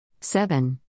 seven